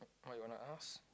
what you wanna ask